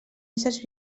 éssers